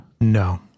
No